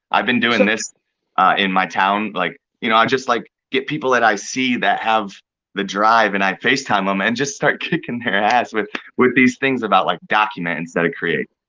i've been doin' this in my town, like you know i just like get people that i see that have the drive and i facetime em and just start kicking their ass with with these things about like, documents that i create.